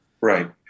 Right